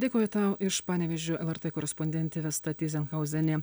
dėkoju tau iš panevėžio lrt korespondentė vesta tyzenhauzienė